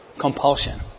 compulsion